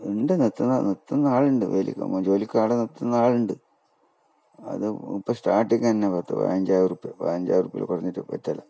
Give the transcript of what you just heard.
ഉണ്ട് നിർത്തുന്ന നിർത്തുന്ന ആളൂണ്ട് ജോലിക്ക് ജോലിക്ക് ആളെ നിർത്തുന്ന ആളുണ്ട് അത് ഇപ്പം സ്റ്റാർട്ടിങ്ങ് തന്നെ പത്ത് പാഞ്ചായിരം റുപ്യാ പാഞ്ചായിരം റുപ്യാ കുറഞ്ഞിട്ട് പറ്റൂല